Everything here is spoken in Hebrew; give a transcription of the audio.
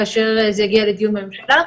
כאשר זה יגיע לדיון בממשלה.